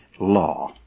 law